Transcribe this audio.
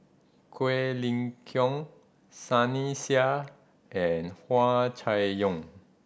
Quek Ling Kiong Sunny Sia and Hua Chai Yong